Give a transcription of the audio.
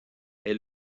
est